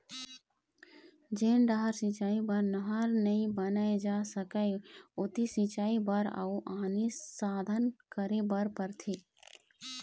जेन डहर सिंचई बर नहर नइ बनाए जा सकय ओती सिंचई बर अउ आने साधन करे बर परथे